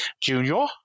Junior